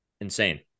Insane